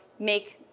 make